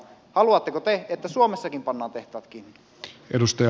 haluatteko te että suomessakin pannaan tehtaat kiinni